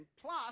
plus